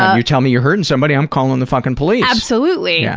you tell me you're hurting somebody, i'm calling the fuckin' police! absolutely. yeah